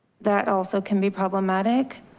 that also can be problematic,